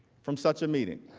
from such a meeting.